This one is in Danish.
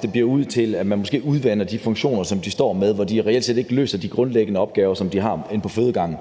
papirarbejde, og til, at man måske udvander de funktioner, som de står med, hvor de reelt set ikke løser de grundlæggende opgaver, som de har på fødegangen.